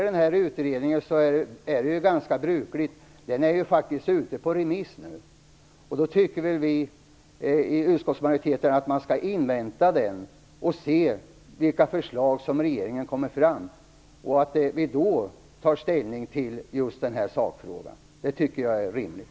Den här utredningen är ju ute på remiss nu, och då tycker vi i utskottsmajoriteten att man såsom brukligt är skall invänta den och se vilka förslag regeringen kommer med. Då kan vi ta ställning till sakfrågan. Det tycker jag är rimligt.